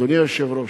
אדוני היושב-ראש,